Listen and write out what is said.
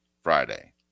Friday